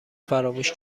فراموش